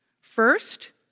first